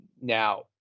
Now